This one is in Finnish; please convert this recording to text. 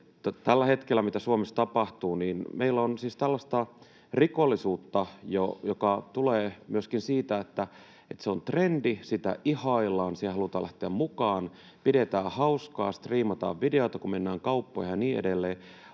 Tällä hetkellä se, mitä Suomessa tapahtuu: meillä on siis jo tällaista rikollisuutta, joka tulee myöskin siitä, että se on trendi, jota ihaillaan ja johon halutaan lähteä mukaan, pidetään hauskaa, striimataan videota, kun mennään kauppoihin, ja niin edelleen,